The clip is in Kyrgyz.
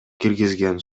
киргизген